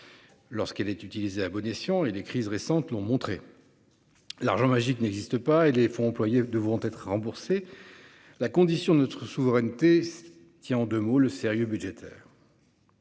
Lorsqu'elle est utilisée à bon escient et les crises récentes l'ont montré. L'argent magique n'existe pas et les fonds employés devront être remboursés. La condition de notre souveraineté. Tient en 2 mots le sérieux budgétaire.